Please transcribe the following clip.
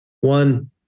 One